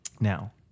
Now